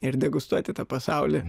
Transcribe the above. ir degustuoti tą pasaulį